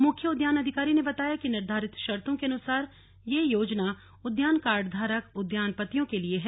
मुख्य उद्यान अधिकारी ने बताया कि निर्धारित शर्तो के अनुसार यह योजना उद्यान कार्डधारक उद्यानपतियों के लिए है